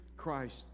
Christ